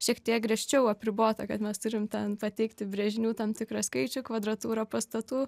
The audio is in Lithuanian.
šiek tiek griežčiau apribota kad mes turim tą pateikti brėžinių tam tikrą skaičių kvadratūrą pastatų